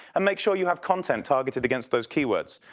and make sure you have content targeted against those keywords.